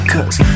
Cause